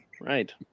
Right